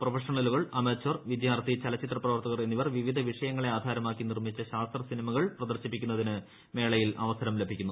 പ്രൊഫഷണലുകൾ അമേചർ വിദ്യാർത്ഥി ചലച്ചിത്ര പ്രവർത്തകർ എന്നിവർ വിവിധ വിഷയങ്ങളെ ആധാരമാക്കി നിർമ്മിച്ച ശാസ്ത്ര സിനിമകൾ പ്രദർശിപ്പിക്കുന്നതിന് മേളയിൽ അവസരം ലഭിക്കുന്നു